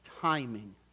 timing